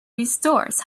restores